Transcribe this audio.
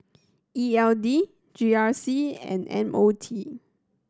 E L D G R C and M O T